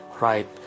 right